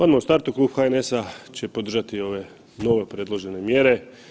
Odmah u startu klub HNS-a će podržati ove nove predložene mjere.